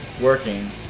working